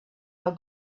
how